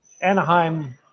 Anaheim